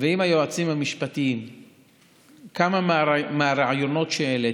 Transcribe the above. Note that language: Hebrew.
ועם היועצים המשפטיים כמה מהרעיונות שהעליתם.